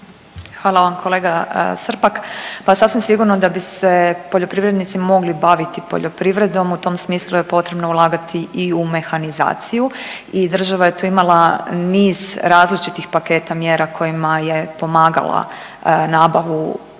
Hvala vam kolega Srpak. Pa sasvim sigurno da bi se poljoprivrednici mogli baviti poljoprivredom, u tom smislu je potrebno ulagati i u mehanizaciju i država je tu imala niz različitih paketa mjera kojima je pomagala nabavu adekvatne